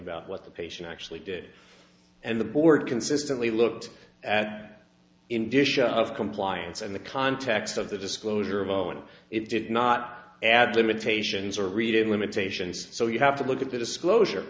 about what the patient actually did and the board consistently looked at in disha of compliance in the context of the disclosure of own it did not add limitations or redid limitations so you have to look at the disclosure